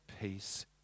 peace